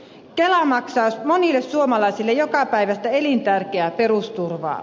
kela maksaa monille suomalaisille jokapäiväistä elintärkeää perusturvaa